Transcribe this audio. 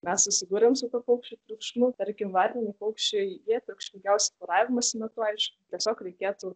mes susidūrėm su tuo paukščių triukšmu tarkim varniniai paukščiai jie triukšmingiausi poravimosi metu aišku tiesiog reikėtų